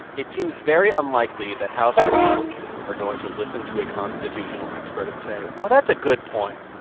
it seems very unlikely that house republicans are going to listen to a constitutional expert and say, oh, that's a good point.